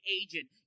agent